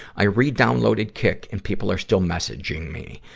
i re-downloaded kik, and people are still messaging me.